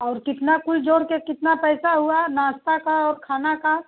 और कितना कुल जोड़ के कितना पैसा हुआ नाश्ता का और खाना का